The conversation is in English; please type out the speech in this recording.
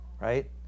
right